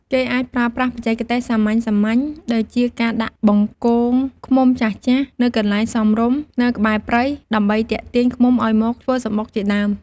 គេអាចប្រើប្រាស់បច្ចេកទេសសាមញ្ញៗ ដូចជាការដាក់បង្គងឃ្មុំចាស់ៗនៅកន្លែងសមរម្យនៅក្បែរព្រៃ ដើម្បីទាក់ទាញឃ្មុំឲ្យមកធ្វើសំបុកជាដើម។